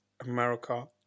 America